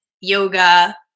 yoga